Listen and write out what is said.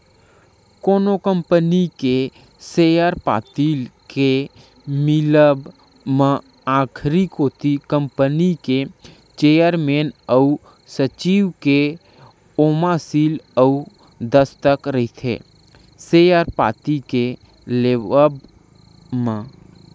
कोनो कंपनी के सेयर पाती के मिलब म आखरी कोती कंपनी के चेयरमेन अउ सचिव के ओमा सील अउ दस्कत रहिथे सेयर पाती के लेवब म